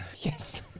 Yes